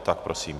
Tak, prosím.